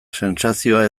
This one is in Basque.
sentsazioa